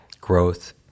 growth